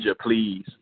please